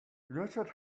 richard